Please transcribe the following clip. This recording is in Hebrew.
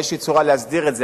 באיזה צורה להסדיר את זה.